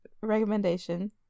recommendation